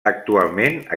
actualment